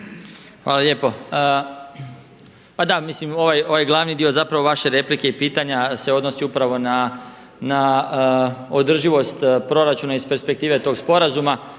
Hvala lijepo. Pa da mislim ovaj glavni dio vaše replike i pitanja se odnosi upravo na održivost proračuna iz perspektive tog sporazuma.